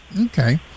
Okay